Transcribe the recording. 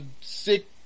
sick